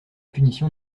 punition